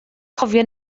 cofio